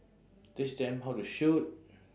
teach them how to shoot